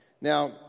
Now